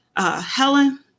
Helen